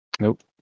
Nope